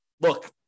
look